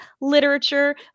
literature